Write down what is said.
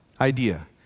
Idea